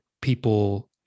people